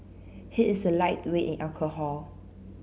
he is a lightweight in alcohol